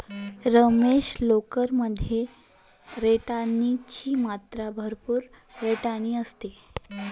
रमेश, लोकर मध्ये केराटिन ची मात्रा भरपूर केराटिन असते